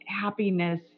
happiness